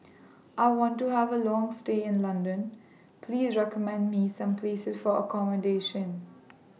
I want to Have A Long stay in London Please recommend Me Some Places For accommodation